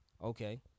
Okay